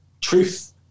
truth